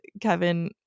Kevin